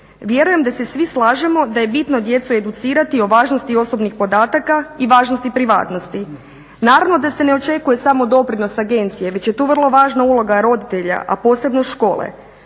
Vjerujem da se svi slažemo da je bitno djecu educirati o važnosti osobnih podataka i važnosti privatnosti. Naravno da se ne očekuje samo doprinos agencije, već je tu vrlo važna uloga roditelja, a posebno škole.